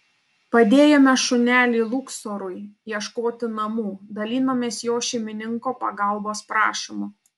padėjome šuneliui luksorui ieškoti namų dalinomės jo šeimininko pagalbos prašymu